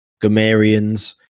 Gamarians